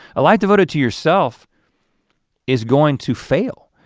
a life devoted to yourself is going to fail.